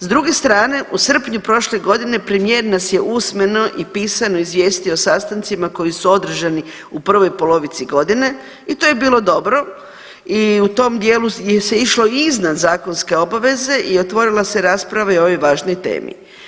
S druge strane u srpnju prošle godine, premijer nas je usmeno i pisano izvijestio o sastancima koji su održani u prvoj polovici godine i to je bilo dobro i u tom dijelu je se išlo i iznad zakonske obaveze i otvorila se rasprava i o ovoj važnoj temi.